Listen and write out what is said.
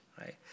right